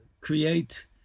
create